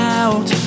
out